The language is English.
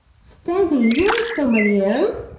steady! here's somebody else.